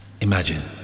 Imagine